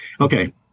Okay